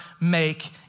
make